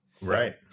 Right